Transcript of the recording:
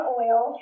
oil